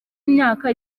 imyaka